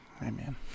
Amen